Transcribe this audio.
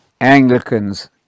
Anglicans